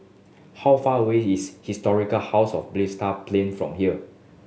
how far away is Historic House of Balestier Plains from here